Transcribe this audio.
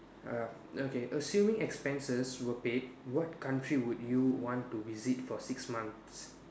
uh okay assuming expenses were paid what country would you want to visit for six months